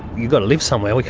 you gotta live somewhere, like